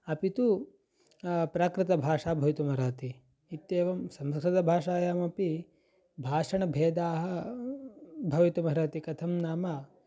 अपि तु प्राकृतभाषा भवितुमर्हति इत्येवं संस्कृतभाषायामपि भाषणभेदाः भवितुमर्हति कथं नाम